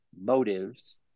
motives